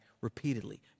repeatedly